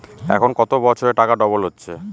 এখন কত বছরে টাকা ডবল হচ্ছে?